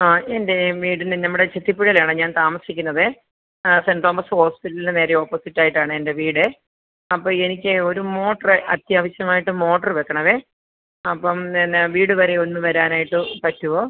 ആ എൻ്റെ വീടിന് നമ്മുടെ ചെത്തിപ്പുഴയിലാണ് ഞാൻ താമസിക്കുന്നതേ ആ സെൻറ്റ് തോമസ് ഹോസ്പിറ്റലിന് നേരെ ഓപ്പസിറ്റ് ആയിട്ടാണെൻ്റെ വീടേ അപ്പോൾ എനിക്ക് ഒരു മോട്ടറ് അത്യാവശ്യമായിട്ട് മോട്ടറ് വെക്കണവേ അപ്പം എന്നാൽ വീട് വരെ ഒന്ന് വരാനായിട്ട് പറ്റുമോ